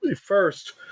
First